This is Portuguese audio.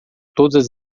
todas